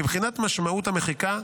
מבחינת משמעות המחיקה,